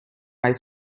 high